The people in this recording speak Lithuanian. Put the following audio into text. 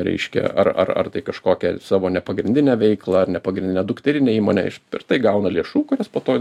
reiškia ar ar ar tai kažkokia savo nepagrindine veikla ar nepagrindine dukterine įmone ir per tai gauna lėšų kurias po to